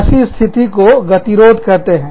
ऐसी स्थिति को गतिरोध कहते हैं